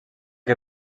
que